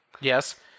Yes